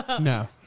No